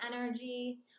energy